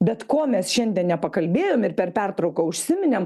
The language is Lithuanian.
bet ko mes šiandien nepakalbėjom ir per pertrauką užsiminėm